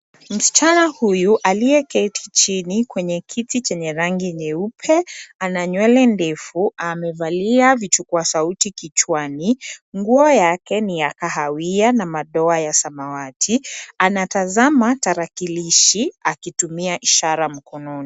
Msichana huyu aliyeketi chini kwenye kiti chenye rangi nyeupe ana nywele ndefu. Amevalia vichukua sauti kichwani. Nguo yake ni ya kahawia na madoa ya samawati. Anatazama tarakilishi akitumia ishara mkononi.